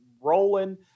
rolling